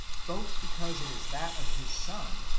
both because it is that of his son,